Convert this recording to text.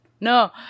No